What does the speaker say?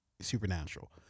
supernatural